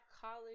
college